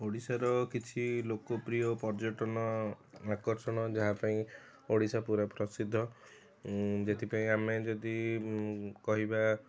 ଓଡ଼ିଶାର କିଛି ଲୋକପ୍ରିୟ ପର୍ଯ୍ୟଟନ ଆକର୍ଷଣ ଯାହାପାଇଁ ଓଡ଼ିଶା ପୁରା ପ୍ରସିଦ୍ଧ ଯେଉଁଥିପାଇଁ ଆମେ ଯଦି କହିବା